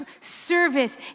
service